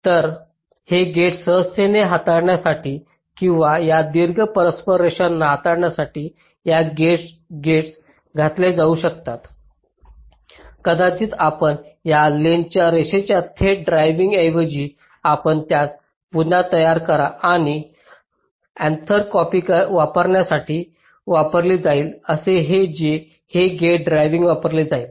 तर हे गेट सहजतेने हाताळण्यासाठी किंवा या दीर्घ परस्पर रेषांना हाताळण्यासाठी या गेट्स घातले जाऊ शकतात कदाचित आपण या लेंग्थसच्या रेषेच्या थेट ड्रायविंग ऐवजी आपण त्यास पुन्हा तयार करा आणि अँथर कॉपी वापरण्यासाठी वापरली जाईल जे हे आणि हे गेट ड्रायविंग वापरले जाईल